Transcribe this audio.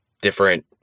different